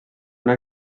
una